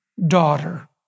daughter